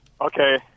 Okay